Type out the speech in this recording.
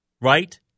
right